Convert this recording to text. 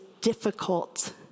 difficult